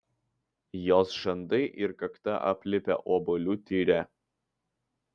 jos žandai ir kakta aplipę obuolių tyre